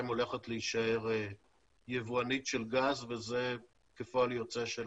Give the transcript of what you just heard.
הולכת להישאר יבואנית של גז וזה כפועל יוצא של